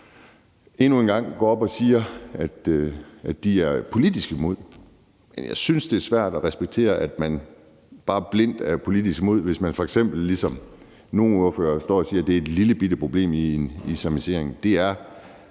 endnu en gang går op og siger, at de er politisk imod det. Men jeg synes, det er svært at respektere, at man bare blindt er politisk imod det, hvis man f.eks. ligesom nogle ordførere står og siger, at det er et lillebitte problem i forhold til en